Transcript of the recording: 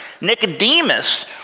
Nicodemus